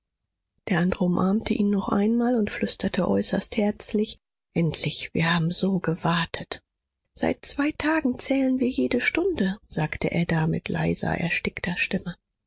der andre umarmte ihn noch einmal und flüsterte äußerst herzlich endlich wir haben so gewartet seit zwei tagen zählen wir jede stunde sagte ada mit leiser erstickter stimme